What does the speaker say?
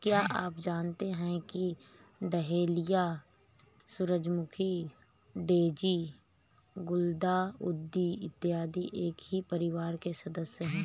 क्या आप जानते हैं कि डहेलिया, सूरजमुखी, डेजी, गुलदाउदी इत्यादि एक ही परिवार के सदस्य हैं